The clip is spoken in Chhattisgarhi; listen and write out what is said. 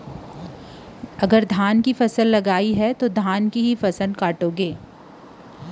धान के फसल लगाए हस त तय ह धान के फसल ल लूबे करबे